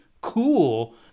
cool